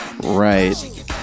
Right